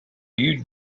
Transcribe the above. you